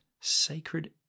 sacred